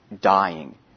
dying